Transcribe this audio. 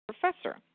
professor